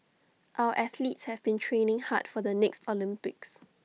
our athletes have been training hard for the next Olympics